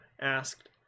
asked